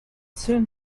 soon